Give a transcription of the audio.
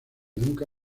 nunca